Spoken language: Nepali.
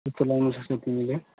त्यस्तो लगाउनसक्छ तिमीले